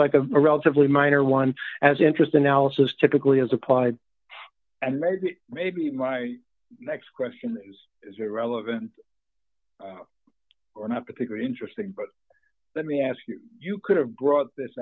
like a relatively minor one as interest analysis typically is applied and maybe maybe my next question is irrelevant or not particularly interesting but let me ask you you could have brought this